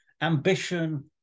ambition